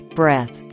breath